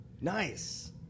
Nice